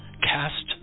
cast